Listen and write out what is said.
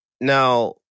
Now